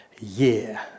year